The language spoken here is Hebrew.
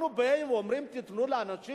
אנחנו באים ואומרים, תיתנו לאנשים